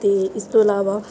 ਅਤੇ ਇਸ ਤੋਂ ਇਲਾਵਾ